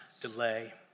delay